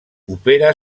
opera